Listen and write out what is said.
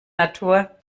natur